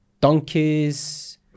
donkeys